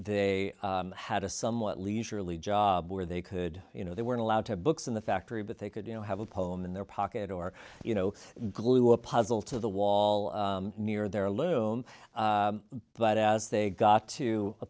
they had a somewhat leisure early job where they could you know they weren't allowed to books in the factory but they could you know have a poem in their pocket or you know glue a puzzle to the wall near their loom but as they got to a